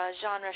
genre